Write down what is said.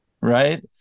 right